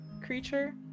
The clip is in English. creature